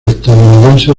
estadounidenses